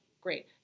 Great